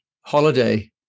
holiday